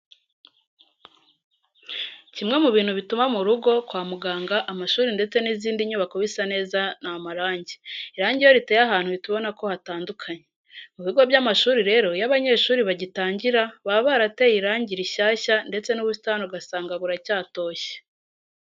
Kimwe mu bintu bituma mu rugo, kwa muganga, amashuri ndetse n'izindi nyubako bisa neza ni amarange. Irange iyo riteye ahantu uhita ubona ko hatandukanye. Mu bigo by'amashuri rero iyo abanyeshuri bagitangira, baba barateye irangi rishyashya ndetse n'ubusitani ugasanga buracyatoshye.